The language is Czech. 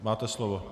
Máte slovo.